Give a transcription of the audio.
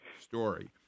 story